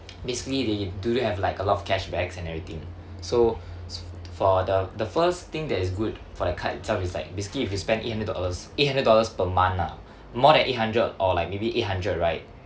basically they do have like a lot of cashbacks and everything so for the the first thing that is good for the card itself is like basically if you spend eight hundred dollars eight hundred dollars per month ah more than eight hundred or like maybe eight hundred right